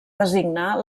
designar